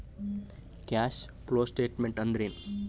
Cash flow statement ಅಂದ್ರೇನು?